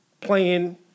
playing